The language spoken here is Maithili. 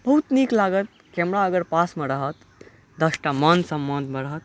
बहुत नीक लागत कैमरा अगर पासमे रहत दस टा मान सम्मान मे रहत